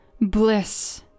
Bliss